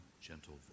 gentle